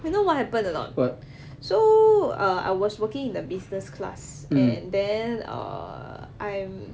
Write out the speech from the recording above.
you know what happened or not so err I was working in the business class and then err I'm